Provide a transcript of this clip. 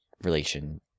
Relation